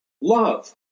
love